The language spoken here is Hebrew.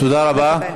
תודה רבה.